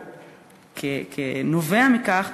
או נובע מכך,